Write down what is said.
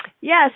Yes